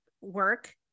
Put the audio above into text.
work